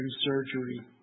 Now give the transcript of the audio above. surgery